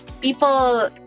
People